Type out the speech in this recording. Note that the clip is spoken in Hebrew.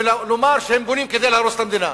ולא לומר שהם בונים כדי להרוס את המדינה.